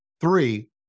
three